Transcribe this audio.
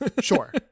Sure